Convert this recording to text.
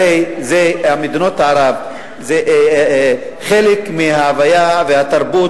הרי מדינות ערב זה חלק מההוויה והתרבות